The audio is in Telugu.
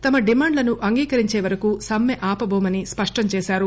తమ డిమాండ్లను అంగీకరించేవరకు సమ్మె ఆపబోమని స్పష్టంచేశారు